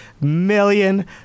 million